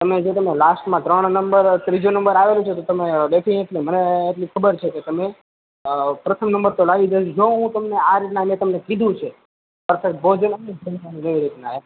તમને જો તમને લાસ્ટમાં ત્રણ નંબર ત્રીજો નંબર આવે તો તમે ડેફિનેટલી મને એટલી ખબર છે કે તમે પ્રથમ તો લાવી દઈ જો તમને આ રીતના તો મેં કીધું છે પણ એમ